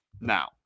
now